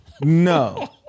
no